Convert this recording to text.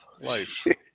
life